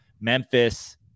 Memphis